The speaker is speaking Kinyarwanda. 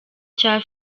cya